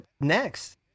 next